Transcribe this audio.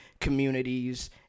communities